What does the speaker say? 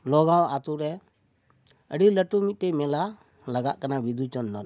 ᱞᱚᱼᱜᱟᱣ ᱟᱛᱳᱨᱮ ᱟᱹᱰᱤ ᱞᱟᱹᱴᱩ ᱢᱤᱫᱴᱤᱡ ᱢᱮᱞᱟ ᱞᱟᱜᱟᱜ ᱠᱟᱱᱟ ᱵᱤᱫᱩ ᱪᱟᱸᱫᱟᱱ